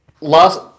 last